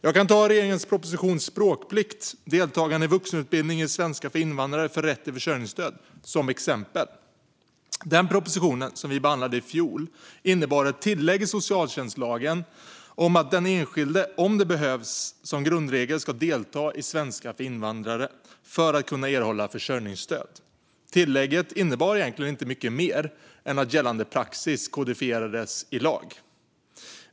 Jag kan ta regeringens proposition Språkplikt - deltagande i vuxen utbildning i svenska för invandrare för rätt till försörjningsstöd , som exempel. Den propositionen, som vi behandlade i fjol, innebar ett tillägg i socialtjänstlagen om att den enskilde, om det behövs, som grundregel ska delta i svenska för invandrare för att kunna erhålla försörjningsstöd. Tilllägget innebar egentligen inte mycket mer än att gällande praxis kodifierades i lag.